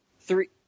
Three